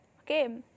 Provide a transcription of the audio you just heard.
Okay